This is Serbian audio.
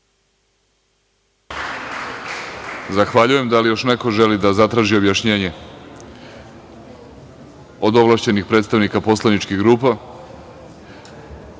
Zahvaljujem. Da li još neko želi da zatraži objašnjenje od ovlašćenih predstavnika poslaničkih